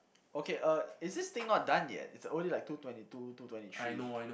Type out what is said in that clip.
okay uh is this thing not done yet it's only like two twenty two two twenty three